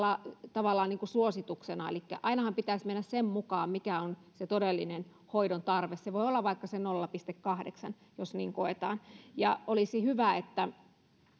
tavallaan suosituksena ainahan pitäisi mennä sen mukaan mikä on se todellinen hoidon tarve se voi olla vaikka nolla pilkku kahdeksan jos niin koetaan olisi hyvä että